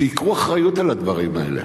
שייקחו אחריות על הדברים האלה.